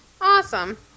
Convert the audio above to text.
Awesome